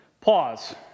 pause